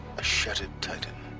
a shattered titan.